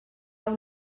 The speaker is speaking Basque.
hau